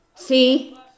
See